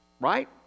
right